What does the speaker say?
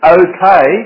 okay